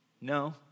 No